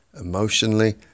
emotionally